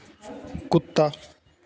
कुत्ता